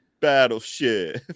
Battleship